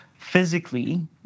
physically